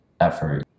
effort